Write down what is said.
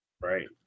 Right